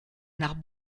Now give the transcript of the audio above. nach